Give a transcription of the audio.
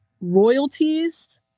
royalties